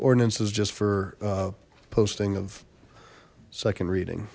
ordinance is just for posting of second reading